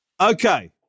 Okay